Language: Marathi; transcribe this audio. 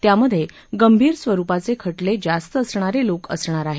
त्यामध्ये गंभीर स्वरूपाचे खटले जास्त असणारे लोक असणार आहेत